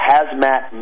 Hazmat